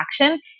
action